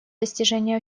достижение